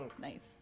Nice